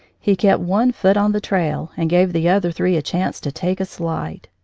he kept one foot on the trail and gave the other three a chance to take a slide.